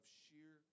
sheer